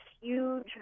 huge